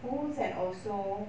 schools and also